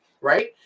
right